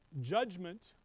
Judgment